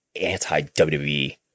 anti-WWE